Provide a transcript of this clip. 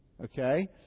Okay